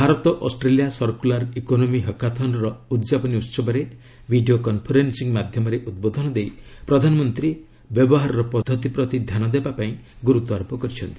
Bharat Australia circular economy hackathon ର ଉଦ୍ଯାପନୀ ଉହବରେ ଭିଡ଼ିଓ କନ୍ଫରେନ୍ଦିଂ ମାଧ୍ୟମରେ ଉଦ୍ବୋଧନ ଦେଇ ପ୍ରଧାନମନ୍ତ୍ରୀ ବ୍ୟବହାରର ପଦ୍ଧତି ପ୍ରତି ଧ୍ୟାନ ଦେବାକୁ ଗୁରୁତ୍ୱ ଆରୋପ କରିଛନ୍ତି